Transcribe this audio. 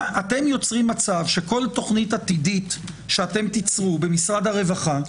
אתם יוצרים מצב שכל תוכנית עתידית שאתם תיצרו במשרד הרווחה,